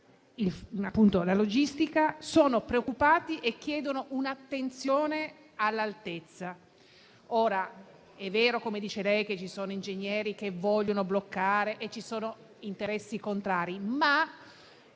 appunto - sono preoccupati e chiedono di prestare attenzione all'altezza. È vero - come dice lei - che ci sono ingegneri che vogliono bloccare e ci sono interessi contrari, ma